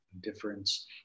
difference